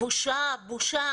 בושה, בושה.